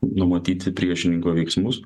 numatyti priešininko veiksmus